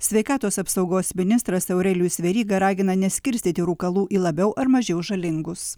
sveikatos apsaugos ministras aurelijus veryga ragina neskirstyti rūkalų į labiau ar mažiau žalingus